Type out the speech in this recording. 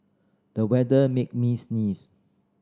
the weather made me sneeze